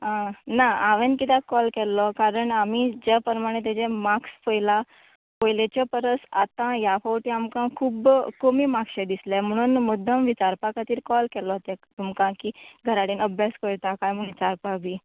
ना हांवें किद्याक काॅल केल्लो कारण आमी ज्या प्रमाणे तेजे मार्क्स पयला पयलेचे परस आतां ह्या फावटी आमकां खूब्ब कमी मात्शे दिसले म्हणून मुद्दम विचारपाक खातीर काॅल केलो तुमकां की घरा कडेन अभ्यास करता कांय म्हणोनू इचारपा बी